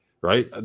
right